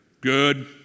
good